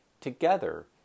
Together